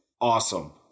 Awesome